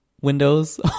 windows